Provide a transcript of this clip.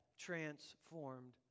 Transformed